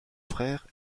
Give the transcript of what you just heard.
frère